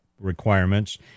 requirements